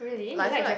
like I feel like